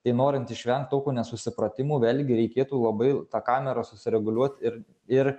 tai norint išvengt tokių nesusipratimų vėlgi reikėtų labai tą kamerą susireguliuot ir ir